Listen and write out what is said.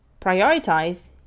prioritize